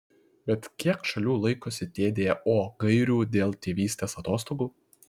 bet kiek šalių laikosi tdo gairių dėl tėvystės atostogų